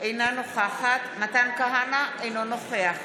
אינה נוכחת מתן כהנא, אינו נוכח